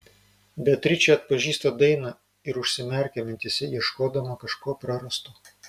beatričė atpažįsta dainą ir užsimerkia mintyse ieškodama kažko prarasto